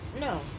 No